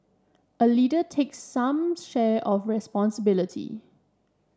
a leader takes some share of responsibility